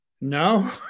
No